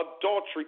adultery